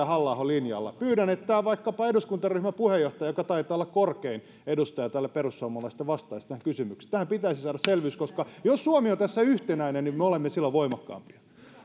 halla ahon linjalla pyydän että vaikkapa eduskuntaryhmän puheenjohtaja joka taitaa olla korkein edustaja täällä perussuomalaisista vastaisi tähän kysymykseen tähän pitäisi saada selvyys koska jos suomi on tässä yhtenäinen niin me olemme silloin voimakkaampia